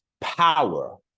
power